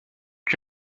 que